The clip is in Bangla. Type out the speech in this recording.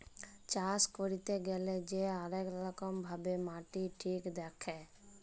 চাষ ক্যইরতে গ্যালে যে অলেক রকম ভাবে মাটি ঠিক দ্যাখে